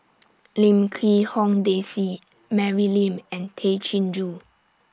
Lim Quee Hong Daisy Mary Lim and Tay Chin Joo